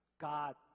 God